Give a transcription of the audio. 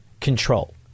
control